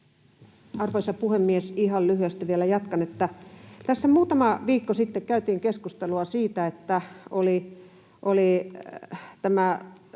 Arvoisa puhemies! Ihan lyhyesti vielä jatkan. Tässä muutama viikko sitten käytiin keskustelua siitä, kun oli